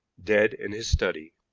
dead in his study.